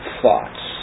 thoughts